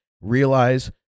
Realize